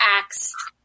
Acts